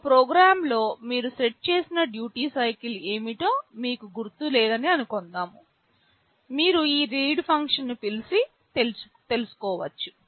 ఒక ప్రోగ్రామ్లో మీరు సెట్ చేసిన డ్యూటీ సైకిల్ ఏమిటో మీకు గుర్తు లేదని అనుకుందాం మీరు ఈ రీడ్ ఫంక్షన్ను పిలిచి తెలుసుకోవచ్చు